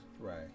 Right